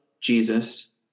Jesus